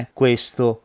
questo